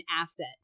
asset